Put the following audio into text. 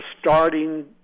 starting